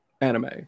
anime